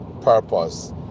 purpose